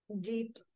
deep